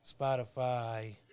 Spotify